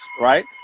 right